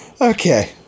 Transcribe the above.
Okay